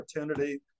opportunity